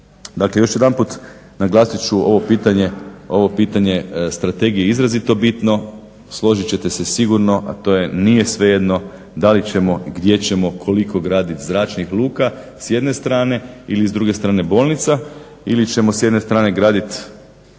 Dakle, još jedanput naglasit ću ovo pitanje strategije je izrazito bitno. Složit ćete se sigurno, a to je nije svejedno da li ćemo, gdje ćemo, koliko graditi zračnih luka s jedne strane ili s druge strane bolnica ili ćemo s jedne strane graditi škole